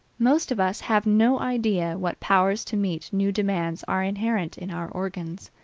most of us have no idea what powers to meet new demands are inherent in our organs.